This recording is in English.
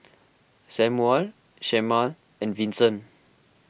Samual Shemar and Vincent